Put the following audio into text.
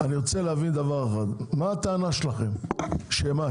אני רוצה להבין דבר אחד, מה הטענה שלכם, שמה?